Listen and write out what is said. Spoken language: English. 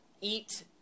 eat